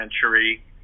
century